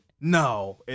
no